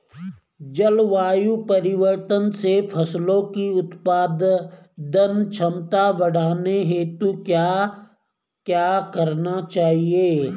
जलवायु परिवर्तन से फसलों की उत्पादन क्षमता बढ़ाने हेतु क्या क्या करना चाहिए?